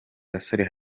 gasore